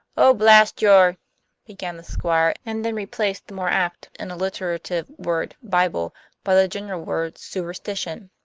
oh, blast your began the squire, and then replaced the more apt and alliterative word bible by the general word superstition.